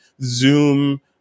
Zoom